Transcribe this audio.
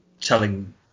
telling